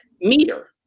meter